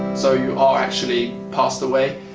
so you are actually passed away.